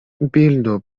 bildo